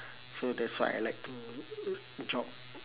so that's why I like to jog